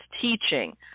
teaching